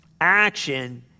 Action